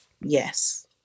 Yes